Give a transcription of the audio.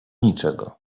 niczego